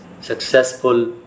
successful